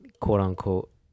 Quote-unquote